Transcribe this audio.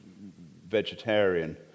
vegetarian